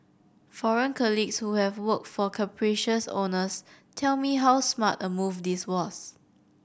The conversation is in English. foreign colleagues who have worked for capricious owners tell me how smart a move this was